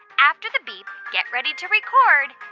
after the beep, get ready to record